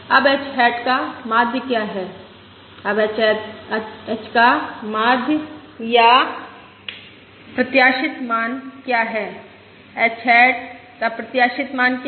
अब h hat का माध्य क्या है अब h का माध्य या प्रत्याशित मान क्या है h हैट का प्रत्याशित मान क्या है